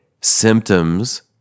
symptoms